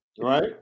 Right